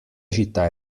città